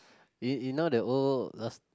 you you know that old